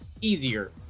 easier